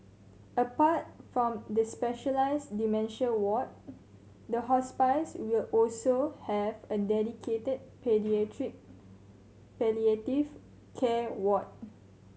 apart from the specialised dementia ward the hospice will also have a dedicated paediatric palliative care ward